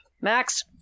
max